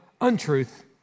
untruth